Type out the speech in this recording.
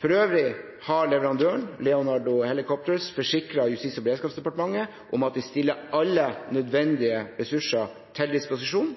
For øvrig har leverandøren, Leonardo Helicopters, forsikret Justis- og beredskapsdepartementet om at de stiller alle nødvendige ressurser til disposisjon